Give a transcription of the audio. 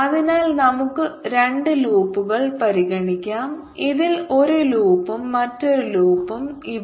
അതിനാൽ നമുക്ക് രണ്ട് ലൂപ്പുകൾ പരിഗണിക്കാം ഇതിൽ ഒരു ലൂപ്പും മറ്റൊരു ലൂപ്പും ഇവിടെ